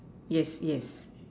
yes yes